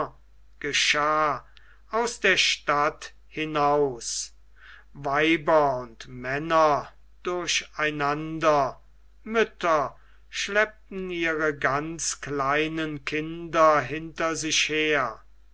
aus der stadt hinaus weiber und männer durcheinander mütter schleppten ihre ganz kleinen kinder hinter sich her